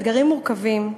אתגרים מורכבים.